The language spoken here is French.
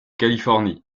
californie